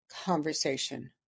conversation